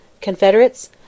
Confederates